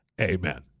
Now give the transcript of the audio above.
Amen